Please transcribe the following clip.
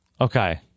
Okay